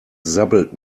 sabbelt